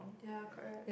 ya correct